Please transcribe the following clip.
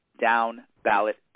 down-ballot